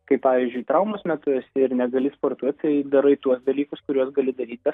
kai pavyzdžiui traumos metu esi ir negali sportuoti tai darai tuos dalykus kuriuos gali daryti